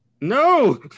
No